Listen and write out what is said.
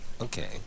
Okay